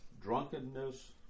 drunkenness